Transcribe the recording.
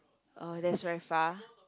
oh that's very far